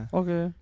okay